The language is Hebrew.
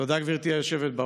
תודה, גברתי היושבת-ראש.